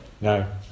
No